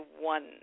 one